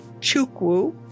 Chukwu